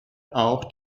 auch